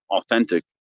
authentic